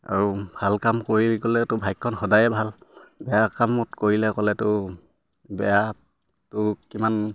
আৰু ভাল কাম কৰি গ'লেতো বাইকখন সদায়ে ভাল বেয়া কামত কৰিলে ক'লেতো বেয়াটো কিমান